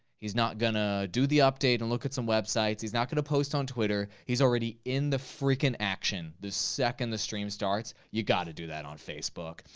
he's not gonna do the update and look at some websites. he's not gonna post on twitter. he's already in the frickin' action the second the stream starts. you gotta do that on facebook.